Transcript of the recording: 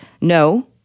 No